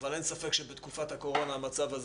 אבל אין ספק שבתקופת הקורונה המצב הזה